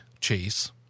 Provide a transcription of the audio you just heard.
chase